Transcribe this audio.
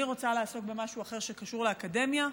אני רוצה לעסוק במשהו אחר, שקשור לאקדמיה,